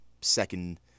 second